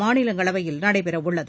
மாநிலங்களவையில் நடைபெறவுள்ளது